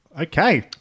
Okay